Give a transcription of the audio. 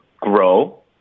grow